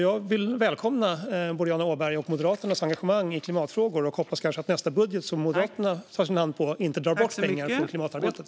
Jag vill välkomna Boriana Åbergs och Moderaternas engagemang i klimatfrågor och hoppas kanske att nästa budget som Moderaterna lägger hand vid inte drar bort pengar från klimatarbetet.